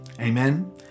Amen